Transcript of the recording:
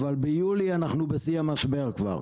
אבל ביולי אנחנו בשיא המשבר כבר.